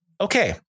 okay